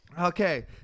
Okay